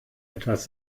etwas